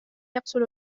يقتل